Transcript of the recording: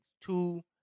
two